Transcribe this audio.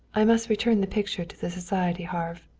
i must return the picture to the society, harve.